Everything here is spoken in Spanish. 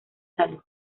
salud